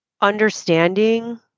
Understanding